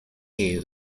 you